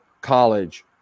college